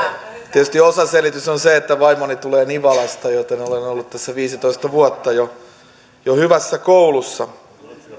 tietysti osaselitys on se että vaimoni tulee nivalasta joten olen ollut jo viisitoista vuotta hyvässä koulussa